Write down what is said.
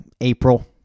April